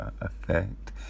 effect